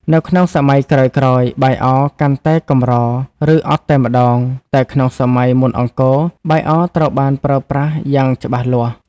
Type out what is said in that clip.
នៅក្នុងសម័យក្រោយៗ បាយអរកាន់តែកម្រ ឬអត់តែម្តង តែក្នុងសម័យមុនអង្គរ បាយអរត្រូវបានប្រើប្រាស់យ៉ាងច្បាស់លាស់។